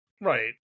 right